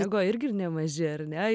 ego irgi ir nemaži ar ne